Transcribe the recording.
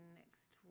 next